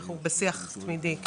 אנחנו בשיח תמידי.